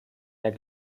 der